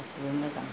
गासिबो मोजां